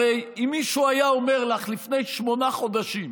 הרי אם מישהו היה אומר לך לפני שמונה חודשים